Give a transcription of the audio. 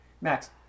Max